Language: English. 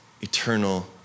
eternal